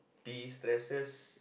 destresses